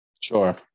Sure